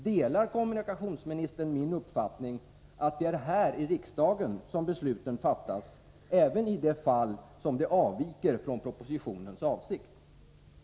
Delar kommunikationsministern min uppfattning att det är här i riksdagen som besluten fattas även i de fall då de avviker från propositionens avsikt?